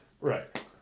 Right